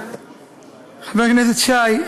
חבר הכנסת שי,